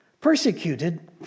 persecuted